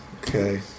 Okay